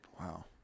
wow